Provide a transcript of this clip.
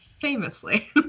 famously